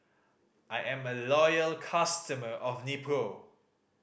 I am a loyal customer of Nepro